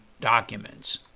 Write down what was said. documents